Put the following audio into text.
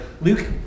Luke